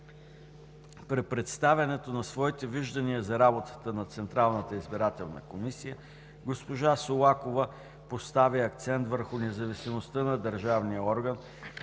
При представяне на своите виждания за работата на Централната избирателна комисия госпожа Солакова постави акцент върху независимостта на държавния орган,